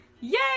Yay